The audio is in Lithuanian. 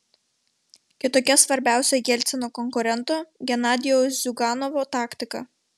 kitokia svarbiausio jelcino konkurento genadijaus ziuganovo taktika